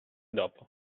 dopo